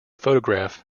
photograph